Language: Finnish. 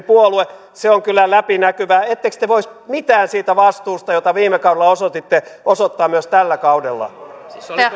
puolue on kyllä läpinäkyvää ettekö te voisi mitään siitä vastuusta jota viime kaudella osoititte osoittaa myös tällä kaudella